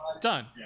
Done